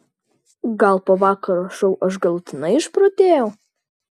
gal po vakaro šou aš galutinai išprotėjau